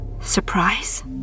surprise